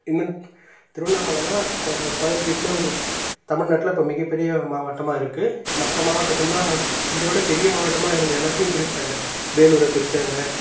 இன்னும் திருவண்ணாமலைதான் ஸ்கொய ஸ்கொயர்ஃபீட்லே ஒரு தமிழ்நாட்டில இப்போ மிகப்பெரிய மாவட்டமாக இருக்குது மற்ற மாவட்டத்தில்லாம் இதைவிட பெரிய மாவட்டமாக இருந்த எல்லாத்தையும் பிரிச்சிட்டாங்க வேலூரை பிரிச்சாங்க